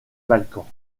balkans